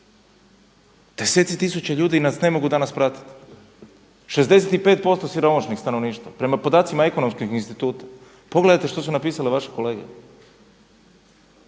Deseci tisuća ljudi nas ne mogu danas pratiti, 65% siromašnog stanovništva prema podacima Ekonomskog instituta. Pogledajte što su napisale vaše kolege